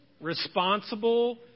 responsible